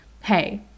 hey